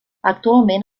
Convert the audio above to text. actualment